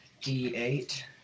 D-eight